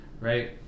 right